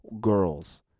girls